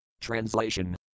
Translation